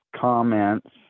comments